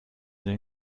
den